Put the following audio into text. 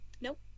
Nope